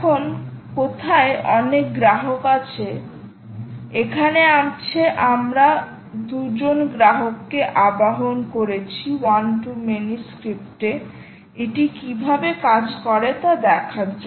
এখন কোথায় অনেক গ্রাহক আছে এখানে আছে আমরা 2 জন গ্রাহককে আবাহন করেছি ওয়ান টু মেনি স্ক্রিপ্টে এটি কিভাবে কাজ করে তা দেখার জন্য